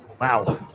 wow